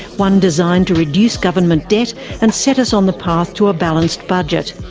one designed to reduce government debt and set us on the path to a balanced budget.